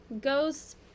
goes